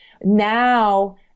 Now